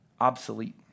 obsolete